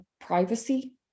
privacy